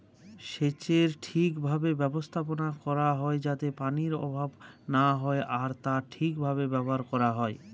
সেচের ঠিক ভাবে ব্যবস্থাপনা করা হয় যাতে পানির অভাব না হয় আর তা ঠিক ভাবে ব্যবহার করা হয়